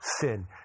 sin